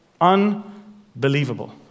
unbelievable